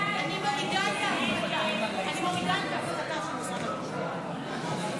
אני מורידה את ההפחתה של משרד הרווחה.